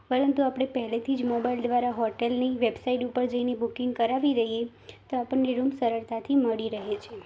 પરંતુ આપણે પહેલેથી જ મોબાઇલ દ્વારા હોટેલની વેબસાઇટ ઉપર જઇને બુકિંગ કરાવી દઇએ તો આપણને રુમ સરળતાથી મળી રહે છે